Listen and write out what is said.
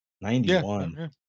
ninety-one